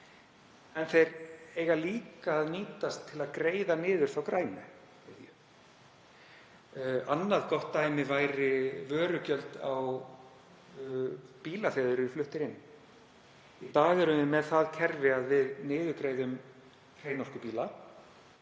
en þeir eiga líka að nýtast til að greiða niður þá grænu. Annað gott dæmi væri vörugjöld á bíla þegar þeir eru fluttir inn. Í dag erum við með það kerfi að við niðurgreiðum hreinorkubíla,